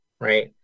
right